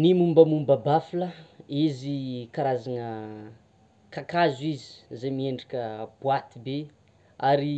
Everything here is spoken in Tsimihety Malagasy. Ny mombamomba bafle izy karazana kakazo izy zay miendrika boîte be ary